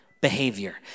behavior